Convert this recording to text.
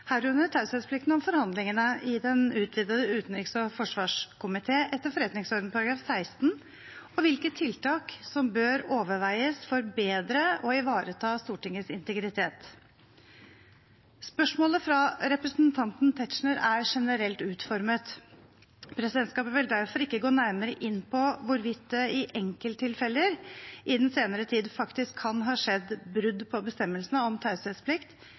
herunder taushetsplikten om forhandlingene i den utvidede utenriks- og forsvarskomité etter forretningsordenens § 16, og hvilke tiltak som bør overveies for bedre å ivareta Stortingets integritet. Spørsmålet fra representanten Tetzschner er generelt utformet. Presidentskapet vil derfor ikke gå nærmere inn på hvorvidt det i enkelttilfeller i den senere tid faktisk kan ha skjedd brudd på bestemmelsene om